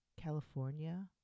California